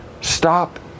Stop